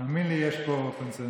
תאמין לי, יש פה קונסנזוס.